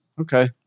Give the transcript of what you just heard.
Okay